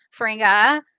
fringa